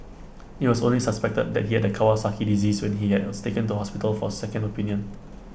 IT was only suspected that he had Kawasaki disease when he has taken to hospital for A second opinion